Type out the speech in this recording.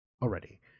already